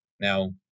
Now